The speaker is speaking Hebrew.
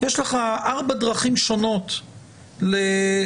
יש לך ארבע דרכים שונות להצביע